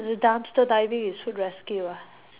dumpster diving is food rescue ah